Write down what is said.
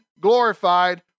glorified